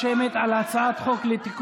חברת הכנסת אורלי לוי, את לא רוצה?